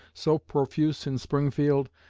so profuse in springfield,